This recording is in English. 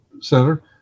Center